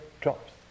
drops